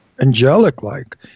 angelic-like